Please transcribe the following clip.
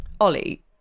Ollie